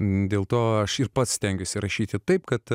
dėl to aš ir pats stengiuosi rašyti taip kad